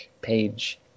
page